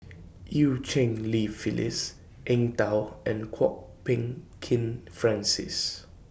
EU Cheng Li Phyllis Eng Tow and Kwok Peng Kin Francis